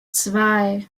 zwei